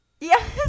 Yes